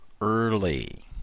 early